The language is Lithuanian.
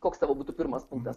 koks būtų pirmas punktas